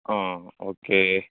ആ ഓക്കെ